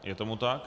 Je tomu tak.